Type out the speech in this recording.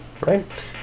right